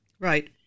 right